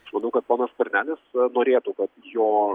aš manau kad ponas skvernelis norėtų kad jo